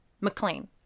McLean